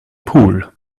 pool